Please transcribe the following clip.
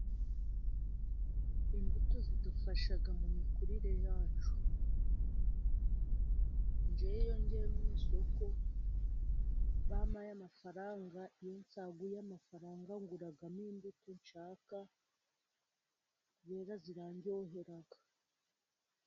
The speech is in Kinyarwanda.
Imbuto zidufasha mu mikurire yacu. Njyewe iyo ngiye mu isoko bampaye amafaranga, iyo nsaguye nguramo imbuto nshaka kubera ko zirandyohera.